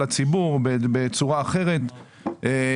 בבקשה.